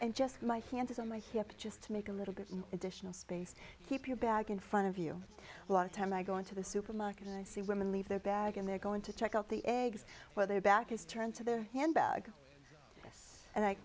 and just my hands on my hip just to make a little bit of additional space keep your bag in front of you a lot of time i go into the supermarket and i see women leave their bag and they're going to check out the eggs where their back is turned to their handbag